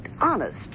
honest